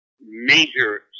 major